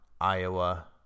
iowa